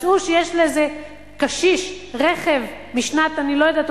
מצאו שיש לאיזה קשיש רכב משנת אני לא יודעת,